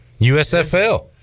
usfl